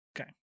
Okay